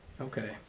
Okay